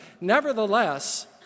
Nevertheless